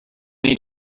need